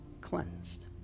cleansed